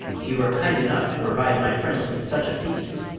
you were kind enough to provide my friends with such a feast,